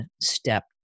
step